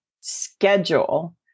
schedule